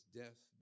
death